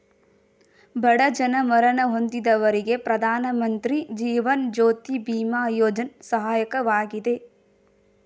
ಬಡ ಜನ ಮರಣ ಹೊಂದಿದವರಿಗೆ ಪ್ರಧಾನಮಂತ್ರಿ ಜೀವನ್ ಜ್ಯೋತಿ ಬಿಮಾ ಯೋಜ್ನ ಸಹಾಯಕವಾಗಿದೆ